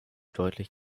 deutlich